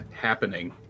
happening